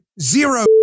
zero